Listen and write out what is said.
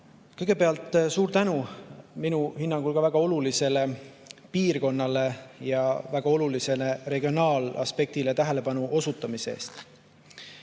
Kõigepealt suur tänu ka minu hinnangul väga olulisele piirkonnale ja väga olulisele regionaalaspektile tähelepanu osutamise